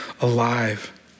alive